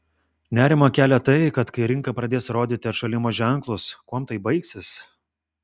nerimą kelia tai kad kai rinka pradės rodyti atšalimo ženklus kuom tai baigsis